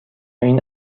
این